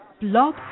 Blog